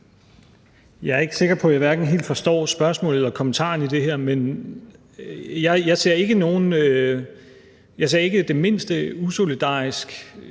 Jeg er ikke sikker på, at jeg hverken helt forstår spørgsmålet eller kommentaren i det her, men jeg ser ikke det mindste usolidariske